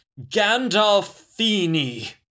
Gandalfini